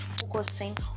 focusing